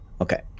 Okay